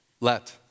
Let